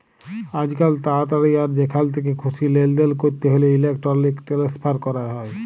আইজকাল তাড়াতাড়ি আর যেখাল থ্যাকে খুশি লেলদেল ক্যরতে হ্যলে ইলেকটরলিক টেনেসফার ক্যরা হয়